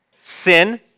sin